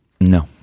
No